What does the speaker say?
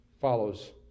follows